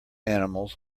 animals